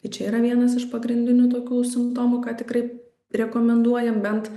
tai čia yra vienas iš pagrindinių tokių simptomų ką tikrai rekomenduojam bent